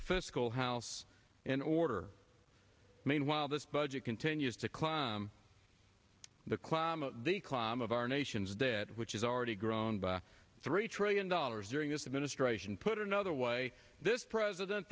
fiscal house in order meanwhile this budget continues to climb the climb up the climb of our nation's debt which is already grown by three trillion dollars during this administration put another way this president